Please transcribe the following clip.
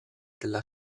della